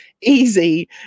easy